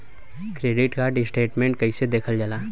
Credit card statement कइसे देखल जाला?